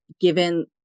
given